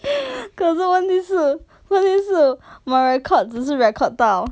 eh 可是问题是问题是 my record 只是 record 到